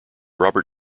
robert